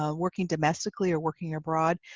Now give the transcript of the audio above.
ah working domestically or working abroad,